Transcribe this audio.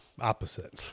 opposite